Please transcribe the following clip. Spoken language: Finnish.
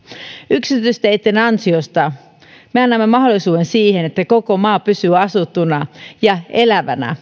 yksityisteitten ansiosta me annamme mahdollisuuden siihen että koko maa pysyy asuttuna ja elävänä